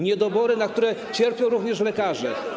Niedobory, na które cierpią również lekarze.